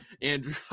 Andrew